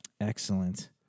Excellent